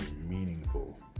meaningful